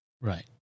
right